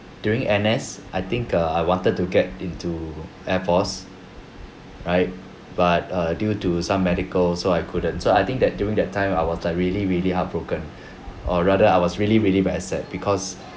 during N_S I think err I wanted to get into air force right but uh due to some medical so I couldn't so I think that during that time I was like really really heartbroken or rather I was really really bad and sad because